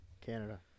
Canada